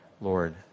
Lord